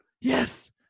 Yes